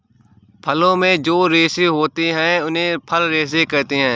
फलों में जो रेशे होते हैं उन्हें फल रेशे कहते है